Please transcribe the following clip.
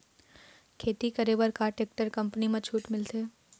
खेती करे बर का टेक्टर कंपनी म छूट मिलथे?